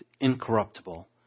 incorruptible